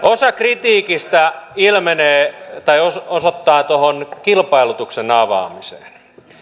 osa kritiikistä osoittaa kilpailutuksen avaamiseen